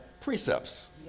precepts